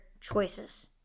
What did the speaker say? choices